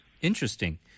Interesting